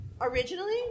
Originally